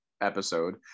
episode